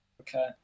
okay